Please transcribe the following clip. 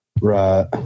Right